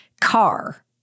car